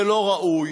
זה לא ראוי,